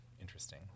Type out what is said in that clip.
interesting